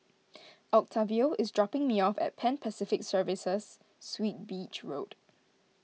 Octavio is dropping me off at Pan Pacific Serviced Suites Beach Road